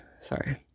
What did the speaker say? sorry